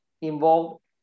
involved